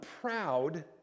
proud